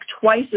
twice